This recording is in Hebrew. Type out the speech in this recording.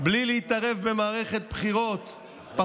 בלי להתערב במערכת בחירות היום,